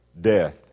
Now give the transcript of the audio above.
death